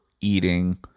eating